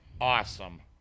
Awesome